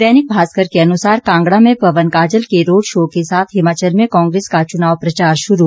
दैनिक भास्कर के अनुसार कांगड़ा में पवन काजल के रोड शो के साथ हिमाचल में कांग्रेस का चुनाव प्रचार शुरू